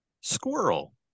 Squirrel